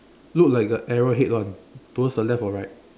look like a arrow head [one] towards the left or right